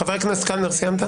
חבר הכנסת קלנר, סיימת?